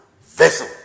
vessel